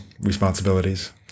responsibilities